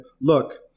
look